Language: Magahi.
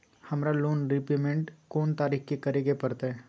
हमरा लोन रीपेमेंट कोन तारीख के करे के परतई?